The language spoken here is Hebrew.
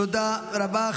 תודה רבה.